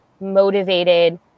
motivated